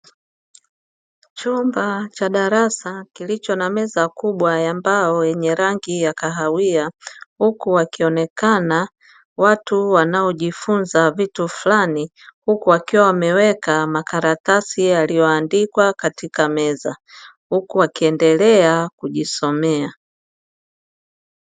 Chumba cha darasa kilicho na meza kubwa ya mbao yenye rangi ya kahawia, huku wakionekana watu wanao jifunza vitu fulani, huku wakiwa wameweka makaratasi yaliyo andikwa katika meza, huku wakiendelea kujisomea.